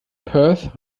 perth